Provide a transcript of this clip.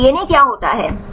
फिर डीएनए होता है